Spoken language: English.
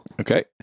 Okay